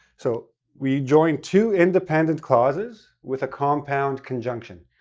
so, we join two independent clauses with a compound conjunction.